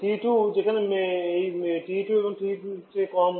TE2 যেখানে এই TE2 TE1 এর চেয়ে কম